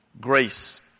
Grace